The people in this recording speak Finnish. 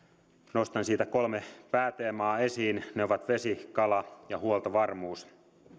nostan siitä kolme pääteemaa esiin ne ovat vesi kala ja huoltovarmuus